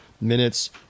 minutes